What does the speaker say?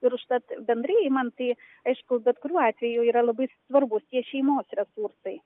ir užtat bendrai imant tai aišku bet kuriuo atveju yra labai svarbūs jie šeimos resursai